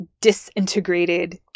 disintegrated